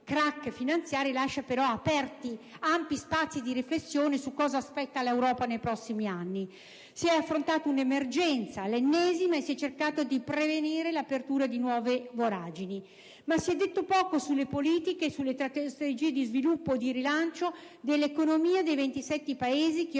*crack* finanziari lascia però aperti ampi spazi di riflessione su cosa aspetta l'Europa nei prossimi anni. Si è affrontata un'emergenza - l'ennesima - e si è cercato di prevenire le aperture di nuove voragini. Si è però detto poco sulle politiche e sulle strategie di sviluppo e di rilancio dell'economia dei 27 Paesi che